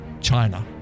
China